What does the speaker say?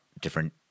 different-